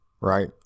right